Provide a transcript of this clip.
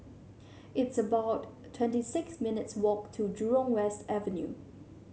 it's about twenty six minutes' walk to Jurong West Avenue